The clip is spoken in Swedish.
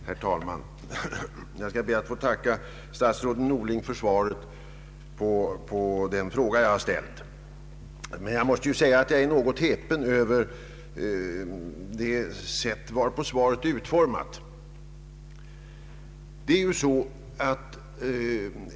Herr talman! Jag skall be att få tacka herr statsrådet Norling för svaret på den fråga jag har ställt, men jag måste säga att jag är något häpen över det sätt varpå svaret är utformat.